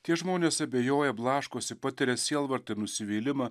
tie žmonės abejoja blaškosi patiria sielvartą ir nusivylimą